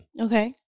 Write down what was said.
Okay